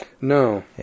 No